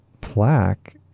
plaque